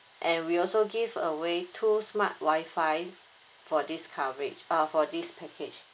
and we also giveaway two smart WI-FI for this coverage uh for this package